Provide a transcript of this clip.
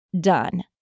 done